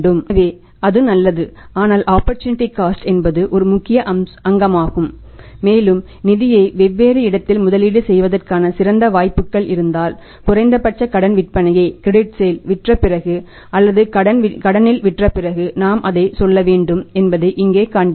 எனவே அது நல்லது ஆனால் ஆப்பர்சூனிட்டி காஸ்ட் என்பது ஒரு முக்கிய அங்கமாகும் மேலும் நிதியை வேறொரு இடத்தில் முதலீடு செய்வதற்கான சிறந்த வாய்ப்புகள் இருந்தால் குறைந்த பட்ச கடன் விற்பனையை விற்ற பிறகு அல்லது கடனில் விற்ற பிறகு நாம் அதற்கு செல்லவேண்டும் என்பதை இங்கே காண்கிறோம்